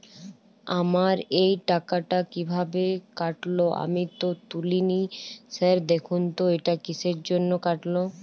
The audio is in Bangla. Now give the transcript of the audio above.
আমার এই টাকাটা কীভাবে কাটল আমি তো তুলিনি স্যার দেখুন তো এটা কিসের জন্য কাটল?